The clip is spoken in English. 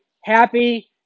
happy